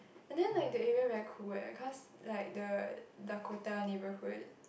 and then like the area very cool leh cause like the Dakota neighbourhood